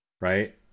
right